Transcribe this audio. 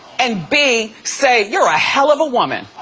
and b. say, you're a hell of a woman!